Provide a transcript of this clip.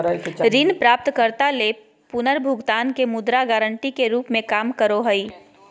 ऋण प्राप्तकर्ता ले पुनर्भुगतान के मुद्रा गारंटी के रूप में काम करो हइ